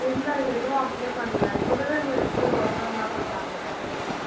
இல்லை எதுவும் அப்ளே பண்ணல சுடுத்தண்ணி வைச்சி ஒத்தடம் தான் கொடுத்தாங்க வீட்டில்